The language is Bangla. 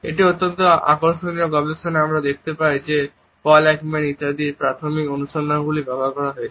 এই অত্যন্ত আকর্ষণীয় গবেষণায় আমরা দেখতে পাই যে পল একম্যান ইত্যাদির প্রাথমিক অনুসন্ধানগুলি ব্যবহার করা হয়েছে